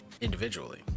individually